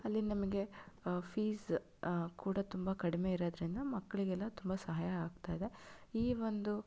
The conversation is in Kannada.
ಅಲ್ಲಿ ನಮಗೆ ಫೀಸ್ ಕೂಡ ತುಂಬಾ ಕಡಿಮೆ ಇರೋದ್ರಿಂದ ಮಕ್ಕಳಿಗೆಲ್ಲ ತುಂಬ ಸಹಾಯ ಆಗ್ತಾ ಇದೆ ಈ ಒಂದು